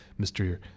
mr